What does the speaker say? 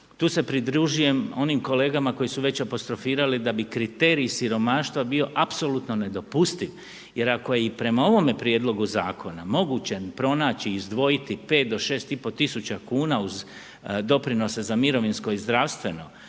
Tu se pridružujem onim kolegama koji su već apostrofirali da bi kriteriji siromaštva bio apsolutno nedopustiv jer ako je i prema ovome Prijedlogu zakona moguće pronaći izdvojiti 5 do 6 tisuća kuna uz doprinose za mirovinsko i zdravstveno